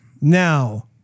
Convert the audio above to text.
Now